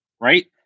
right